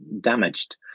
damaged